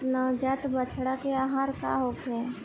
नवजात बछड़ा के आहार का होखे?